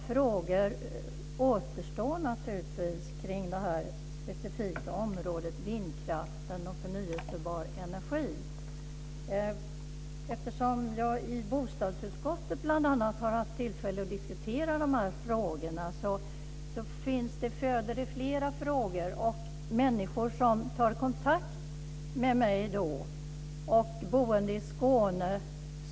Fru talman! Låt mig bara säga att de frågor som togs upp här om avstånd till bostäder osv. prövas av både kommuner och länsstyrelser.